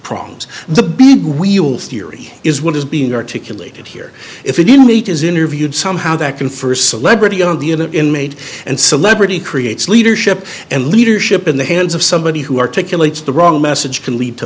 problems the big wheel theory is what is being articulated here if we didn't meet is interviewed somehow that confers celebrity on the in an inmate and celebrity creates leadership and leadership in the hands of somebody who articulates the wrong message can lead to